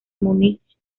munich